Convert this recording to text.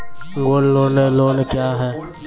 Gold loan loan क्या हैं?